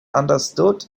understood